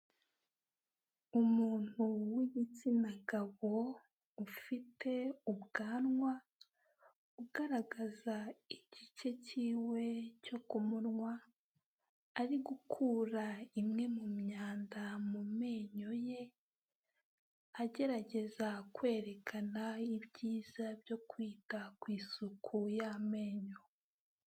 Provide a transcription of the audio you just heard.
Umuntu w'igitsina gabo, ufite ubwanwa, ugaragaza igice cyiwe cyo ku munwa, ari gukura imwe mu myanda mu menyo ye, agerageza kwerekana ibyiza byo kwita ku isuku y'amenyo.